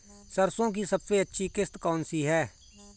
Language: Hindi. सरसो की सबसे अच्छी किश्त कौन सी है?